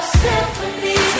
symphony